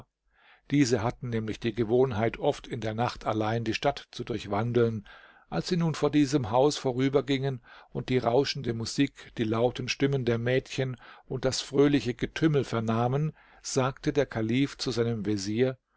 diese hatten nämlich die gewohnheit oft in der nacht allein die stadt zu durchwandeln als sie nun vor diesem haus vorübergingen und die rauschende musik die lauten stimmen der mädchen und das fröhliche getümmel vernahmen sagte der kalif zu seinem vezier